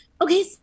Okay